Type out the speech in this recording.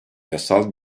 yasal